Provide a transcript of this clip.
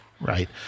right